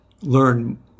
learn